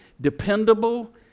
dependable